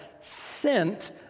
sent